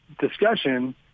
discussion